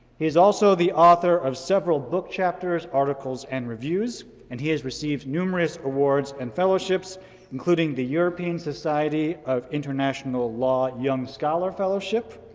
he is also the author of several book chapters, articles and reviews. and he has received numerous awards and fellowships including the european society of international law young scholar fellowship,